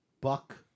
Buck